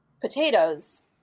potatoes